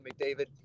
McDavid